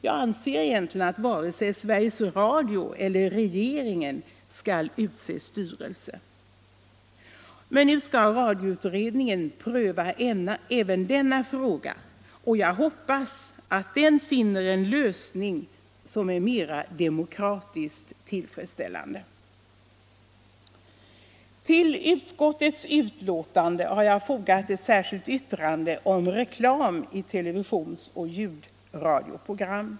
Jag anser att varken Sveriges Radio eller regeringen skall utse styrelse. Men nu skall radioutredningen pröva även denna fråga, och jag hoppas att utredningen finner en lösning som är mera demokratiskt tillfredsställande. Till utskottets betänkande har jag fogat ett särskilt yttrande om reklam i televisions och ljudradioprogram.